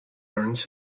learns